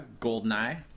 Goldeneye